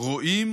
רואים